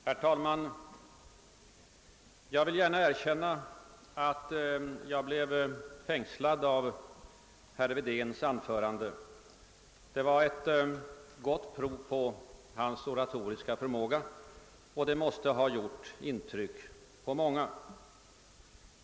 Herr talman! Jag vill gärna erkänna att jag blev fängslad av herr Wedéns anförande; det var ett gott prov på hans oratoriska förmåga och det måste ha gjort intryck på många.